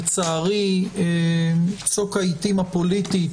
לצערי צוק העתים הפוליטי,